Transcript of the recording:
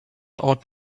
out